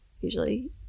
usually